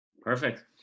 Perfect